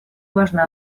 важно